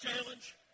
challenge